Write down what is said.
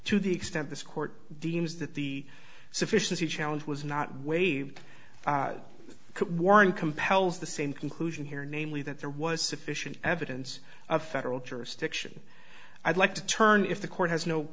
to the extent this court deems that the sufficiency challenge was not waived could warn compels the same conclusion here namely that there was sufficient evidence of federal jurisdiction i'd like to turn if the court has no